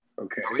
Okay